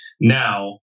Now